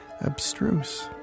Abstruse